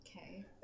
okay